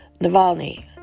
Navalny